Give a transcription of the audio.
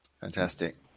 Fantastic